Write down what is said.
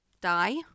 die